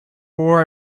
war